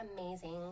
amazing